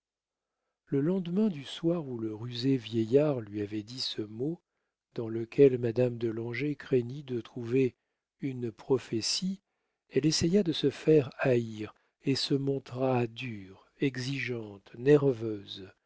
le lendemain du soir où le rusé vieillard lui avait dit ce mot dans lequel madame de langeais craignit de trouver une prophétie elle essaya de se faire haïr et se montra dure exigeante nerveuse